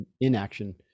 inaction